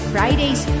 Fridays